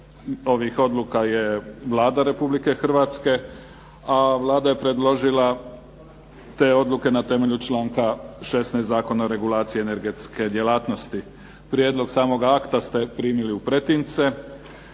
ovih odluka je Vlada Republike Hrvatske. Vlada je predložila te odluke na temelju članak 16. Zakona o regulaciji energetske djelatnosti. Prijedlog samoga akta ste primili u pretince.